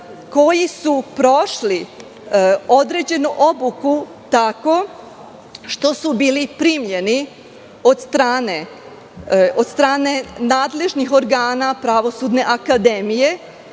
koji su prošli određenu obuku tako što su bili primljeni od strane nadležnih organa Pravosudne akademije,